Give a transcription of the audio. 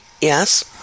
Yes